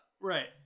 right